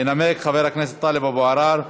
ינמק חבר הכנסת טלב אבו עראר.